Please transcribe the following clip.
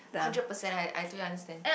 hundred percent I I do understand